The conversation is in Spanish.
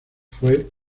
fue